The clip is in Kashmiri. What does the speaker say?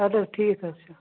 اَدٕ حَظ ٹھیٖک حَظ چھُ